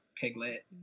piglet